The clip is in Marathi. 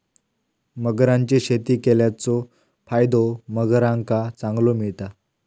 मगरांची शेती केल्याचो फायदो मगरांका चांगलो मिळता